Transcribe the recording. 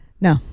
No